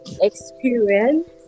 experience